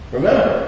Remember